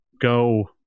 go